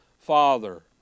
Father